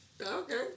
Okay